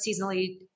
seasonally